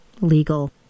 legal